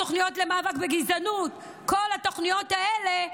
התוכניות למאבק בגזענות וכל התוכניות האלה,